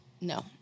No